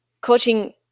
Coaching